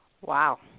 Wow